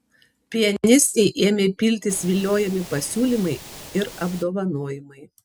pianistei ėmė piltis viliojami pasiūlymai ir apdovanojimai